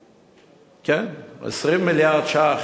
כן, 20 מיליארד ש"ח,